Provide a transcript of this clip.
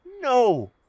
No